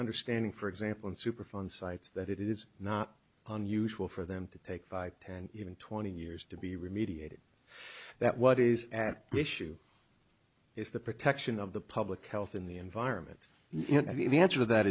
understanding for example in superfund sites that it is not unusual for them to take five and even twenty years to be remediated that what is at issue is the protection of the public health in the environment and i think the answer to that